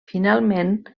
finalment